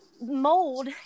mold